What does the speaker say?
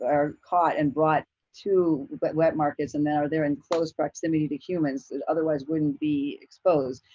are caught and brought to wet wet markets and then are there in close proximity to humans that otherwise wouldn't be exposed,